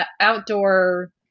outdoor